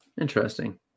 Interesting